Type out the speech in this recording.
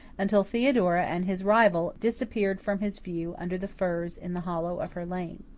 until theodora and his rival disappeared from his view under the firs in the hollow of her lane.